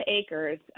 acres